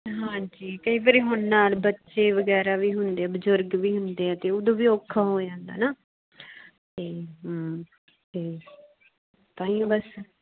ਹਾਂਜੀ ਕਈ ਵਾਰੀ ਹੁਣ ਨਾਲ ਬੱਚੇ ਵਗੈਰਾ ਵੀ ਹੁੰਦੇ ਬਜ਼ੁਰਗ ਵੀ ਹੁੰਦੇ ਆ ਅਤੇ ਉਦੋਂ ਵੀ ਔਖਾ ਹੋ ਜਾਂਦਾ ਨਾ ਤੇ ਹੂੰ ਤੇ ਤਾਂ ਹੀ ਬਸ